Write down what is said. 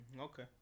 Okay